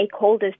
stakeholders